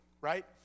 right